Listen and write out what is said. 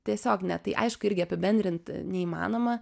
tiesiog ne tai aišku irgi apibendrint neįmanoma